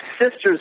sister's